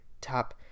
top